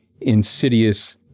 insidious